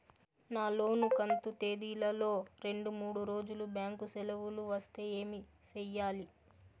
నా లోను కంతు తేదీల లో రెండు మూడు రోజులు బ్యాంకు సెలవులు వస్తే ఏమి సెయ్యాలి?